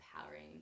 empowering